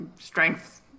strength